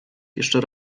jeszcze